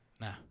Nah